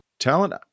Talent